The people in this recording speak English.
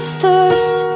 thirst